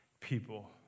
people